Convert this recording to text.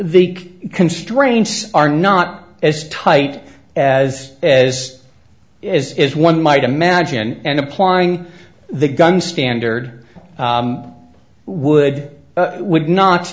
the constraints are not as tight as as is one might imagine and applying the gun standard would would not